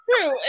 true